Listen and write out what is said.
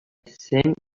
cent